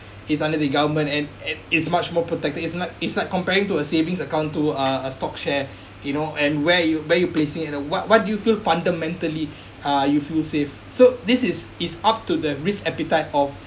it's under the government and and it's much more protected it's like it's like comparing to a savings account to uh a stock share you know and where you where you placing it and uh what what do you feel fundamentally uh you feel safe so this is it's up to the risk appetite of